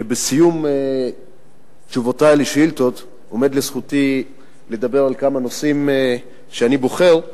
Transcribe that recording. שבסיום תשובותי לשאילתות עומד לזכותי לדבר על כמה נושאים שאני בוחר.